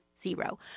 zero